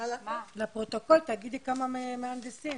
כמה מהנדסים.